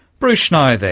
bruce schneier there,